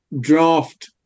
draft